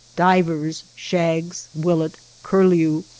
divers, shags, willet, curlew,